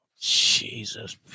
Jesus